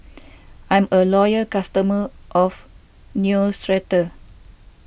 I'm a loyal customer of Neostrata